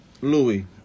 Louis